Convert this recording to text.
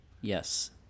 yes